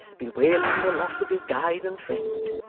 bewailing the loss of his guide and friend.